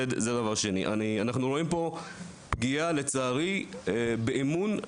אנחנו רואים פגיעה באמון,